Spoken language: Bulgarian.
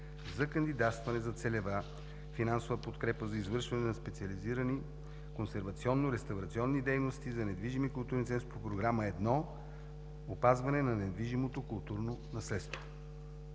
за кандидатстване за целева финансова подкрепа за извършване на специализирани консервационно-реставрационни дейности за недвижими културни ценности по Програма 1 „Опазване на недвижимото културно наследство“.